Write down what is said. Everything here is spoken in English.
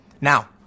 Now